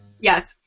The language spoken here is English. Yes